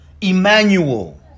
Emmanuel